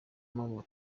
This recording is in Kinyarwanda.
mpamvu